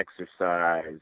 exercise